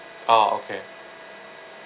ah okay